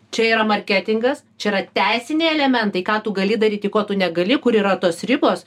čia yra marketingas čia yra teisiniai elementai ką tu gali daryti ko tu negali kur yra tos ribos